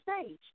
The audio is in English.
stage